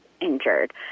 injured